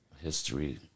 history